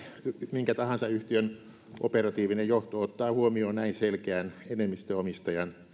minkä tahansa yhtiön operatiivinen johto ottaa huomioon näin selkeän enemmistöomistajan